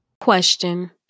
Question